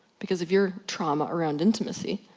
because of your trauma around intimacy,